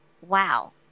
wow